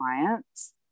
clients